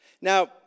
Now